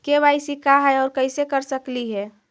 KYC का है, और कैसे कर सकली हे?